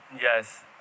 Yes